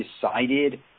decided